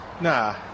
Nah